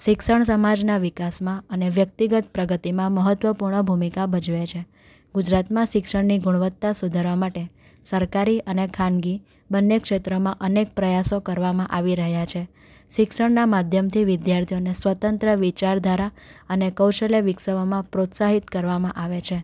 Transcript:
શિક્ષણ સમાજના વિકાસમાં અને વ્યક્તિગત પ્રગતિમાં મહત્ત્વપૂર્ણ ભૂમિકા ભજવે છે ગુજરાતમાં શિક્ષણની ગુણવત્તા સુધારવા માટે સરકારી અને ખાનગી બંને ક્ષેત્રોમાં અનેક પ્રયાસો કરવામાં આવી રહ્યા છે શિક્ષણના માધ્યમથી વિદ્યાર્થીઓને સ્વતંત્ર વિચારધારા અને કૌશલ્ય વિકસાવામાં પ્રોત્સાહિત કરવામાં આવે છે